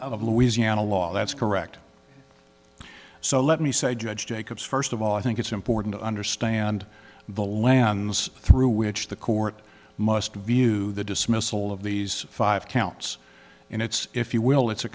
of louisiana law that's correct so let me say judge jacobs first of all i think it's important to understand the lands through which the court must view the dismissal of these five counts and it's if you will it's a